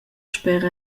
sper